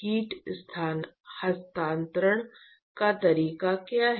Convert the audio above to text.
heat हस्तांतरण का तरीका क्या है